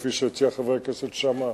כפי שהציע חבר הכנסת שאמה,